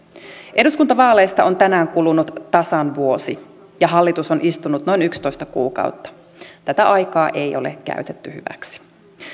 eduskuntavaaleista on tänään kulunut tasan vuosi ja hallitus on istunut noin yksitoista kuukautta tätä aikaa ei ole käytetty hyväksi